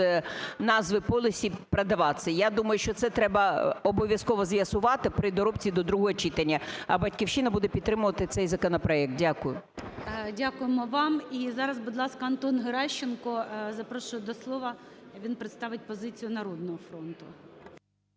назви Police продаватися. Я думаю, що це треба обов'язково з'ясувати при доробці до другого читання, а "Батьківщина" буде підтримувати цей законопроект. Дякую. ГОЛОВУЮЧИЙ. Дякуємо вам. І зараз, будь ласка, Антон Геращенко, запрошую до слова, він представить позицію "Народного фронту".